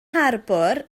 harbwr